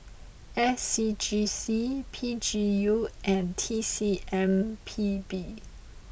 S C G C P G U and T C M P B